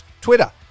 Twitter